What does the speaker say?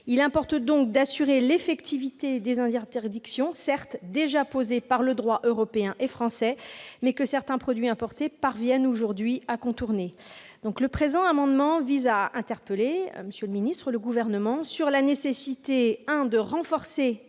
Il importe donc d'assurer l'effectivité d'interdictions certes déjà posées par le droit européen et français, mais que certains produits importés parviennent aujourd'hui à contourner. Le présent amendement vise en outre, monsieur le ministre,